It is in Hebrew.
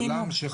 וחינוך.